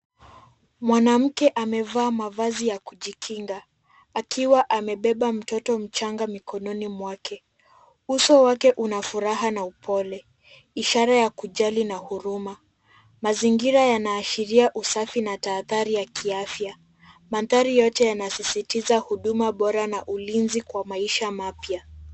Mwanamke amevaa mavazi ya kujikinga, akiwa amebeba mtoto mchanga mikononi mwake. Uso wake una furaha na upole, ishara ya kujali na huruma. Mazingira yanaashiria usafi na tahadhari ya kiafya. Mandhari yote yanasisitiza huduma bora na ulinzi kwa maisha mapya.